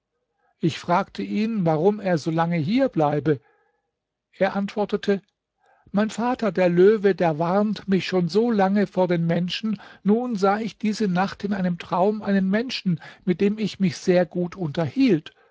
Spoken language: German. ich fragte ihn warum er so lange hier bleibe er antwortete mein vater der löwe der warnt mich schon so lange vor den menschen nun sah ich diese nacht in einem traum einen menschen mit dem ich mich sehr gut unterhielt